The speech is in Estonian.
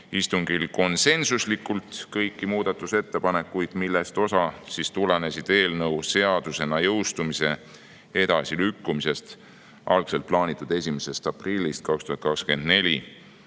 istungil konsensuslikult kõiki muudatusettepanekuid, millest osa tulenes eelnõu seadusena jõustumise edasilükkumisest algselt plaanitud 1. aprillist 2024